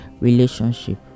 relationship